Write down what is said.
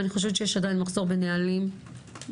אני חושבת שיש עדיין מחסור בנהלים וביישום.